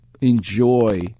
enjoy